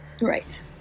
Right